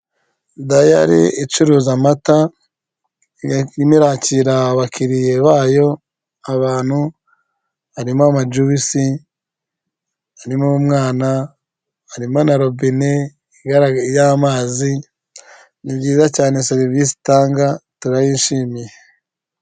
Dayali icuruza amata irimo irakira abakiliye bayo, abantu harimo ama juisi, harimo umwana, harimo na robine y'amazi, ni byiza cyane serivisi itanga turayishimiye.